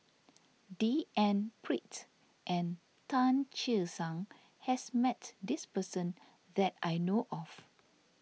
D N Pritt and Tan Che Sang has met this person that I know of